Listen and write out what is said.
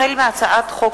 החל בהצעת חוק